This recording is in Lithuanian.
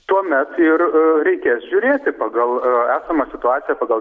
tuomet ir reikės žiūrėti pagal esamą situaciją pagal